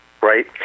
right